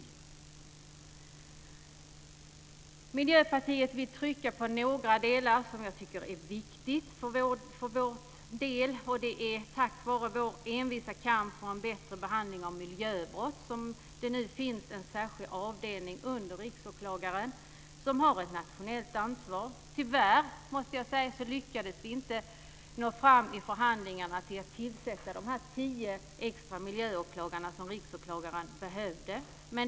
Miljöpartiet vill trycka på några delar som vi tycker är viktiga. Det är tack vare vår envisa kamp för en bättre behandling av miljöbrott som det nu finns en särskild avdelning under Riksåklagaren som har ett nationellt ansvar. Tyvärr, måste jag säga, lyckades vi inte nå fram i förhandlingarna med att tillsätta de tio extra miljöåklagare som Riksåklagaren behövde.